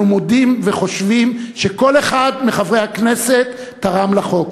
אנחנו מודים לכל אחד מחברי הכנסת וחושבים שתרם לחוק,